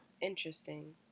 Interesting